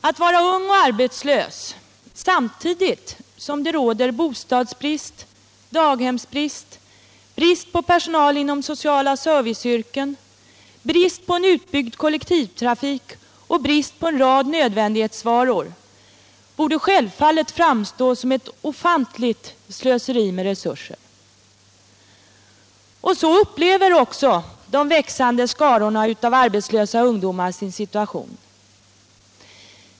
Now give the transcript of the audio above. Att så många unga går arbetslösa samtidigt som det råder bostadsbrist, daghemsbrist, brist på personal inom sociala serviceyrken, brist på en utbyggd kollektivtrafik och brist på en rad nödvändighetsvaror borde självfallet framstå som ett ofantligt slöseri med resurserna. Så upplever också de växande skarorna av arbetslösa ungdomar sin situation.